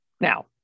now